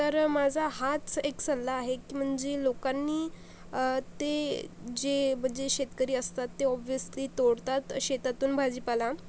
तर माझा हाच एक सल्ला आहे की म्हणजे लोकांनी ते जे म्हणजे शेतकरी असतात ते ऑब्व्हियसली तोडतात शेतातून भाजीपाला